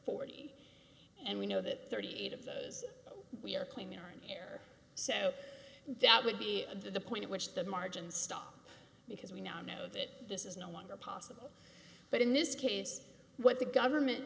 forty and we know that thirty eight of those we are claiming are in error so that would be the point at which the margins stop because we now know that this is no longer possible but in this case what the government